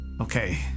Okay